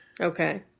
Okay